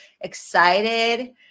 excited